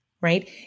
right